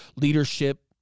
leadership